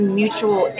mutual